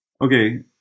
Okay